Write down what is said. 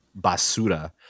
basura